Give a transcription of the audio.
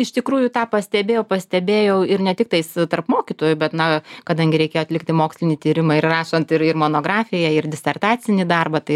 iš tikrųjų tą pastebėjau pastebėjau ir ne tiktais tarp mokytojų bet na kadangi reikėjo atlikti mokslinį tyrimą ir rašant ir ir monografiją ir disertacinį darbą tai